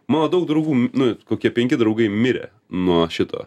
mano daug draugų nu kokie penki draugai mirė nuo šito